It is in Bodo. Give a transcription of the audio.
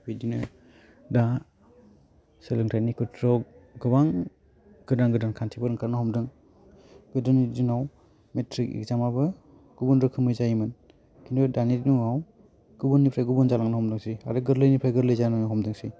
बिदिनो दा सोलोंथाइनि खेथ्रआव गोबां गोदान गोदान खान्थिफोर ओंखारनो हमदों गोदोनि दिनाव मेट्रिक एजामावबो गुबुन रोखोमै जायोमोन खिन्थु दानि दिनाव गुबुननिफ्राइ गुबुन जालांनो हमदोंसै आरो गोरलैनिफ्राय गोरलै जानो हमदोंसै